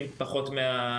ברשותך, גברתי.